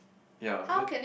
ya the